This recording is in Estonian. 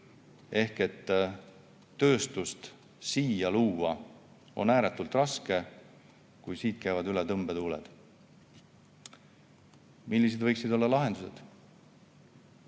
Tööstust siin luua on ääretult raske, kui siit käivad üle tõmbetuuled. Millised võiksid olla lahendused?